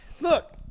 look